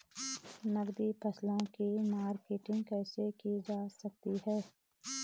नकदी फसलों की मार्केटिंग कैसे की जा सकती है?